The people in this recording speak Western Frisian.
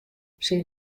syn